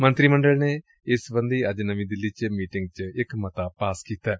ਮੰਤਰੀ ਮੰਡਲ ਨੇ ਇਸ ਸਬੰਧੀ ਅੱਜ ਨਵੀਂ ਦਿੱਲੀ 'ਚ ਮੀਟਿੰਗ ਵਿਚ ਇਕ ਮਤਾ ਪਾਸ ਕੀਤੈ